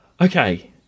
Okay